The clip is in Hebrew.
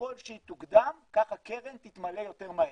ככל שהיא תוקדם כך הקרן תתמלא יותר מהר.